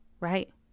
right